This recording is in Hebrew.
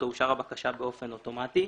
תאושר הבקשה באופן אוטומטי.